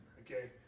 okay